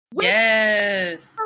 yes